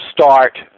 start